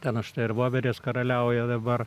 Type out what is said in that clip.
ten štai ir voverės karaliauja dabar